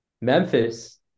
Memphis